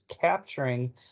capturing